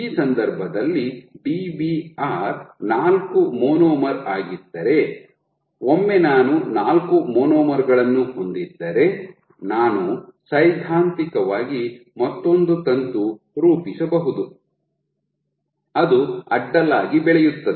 ಈ ಸಂದರ್ಭದಲ್ಲಿ Dbr ನಾಲ್ಕು ಮೊನೊಮರ್ ಆಗಿದ್ದರೆ ಒಮ್ಮೆ ನಾನು ನಾಲ್ಕು ಮೊನೊಮರ್ ಗಳನ್ನು ಹೊಂದಿದ್ದರೆ ನಾನು ಸೈದ್ಧಾಂತಿಕವಾಗಿ ಮತ್ತೊಂದು ತಂತು ರೂಪಿಸಬಹುದು ಅದು ಅಡ್ಡಲಾಗಿ ಬೆಳೆಯುತ್ತದೆ